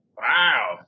Wow